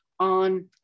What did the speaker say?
on